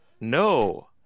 No